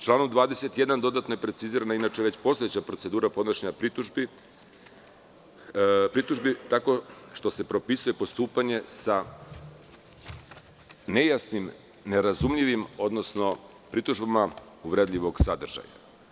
Članom 21. dodatno je precizirana inače već postojeća procedura podnošenja pritužbi, tako što se propisuje postupanje sa nejasnim, nerazumljivim, odnosno pritužbama uvredljivog sadržaja.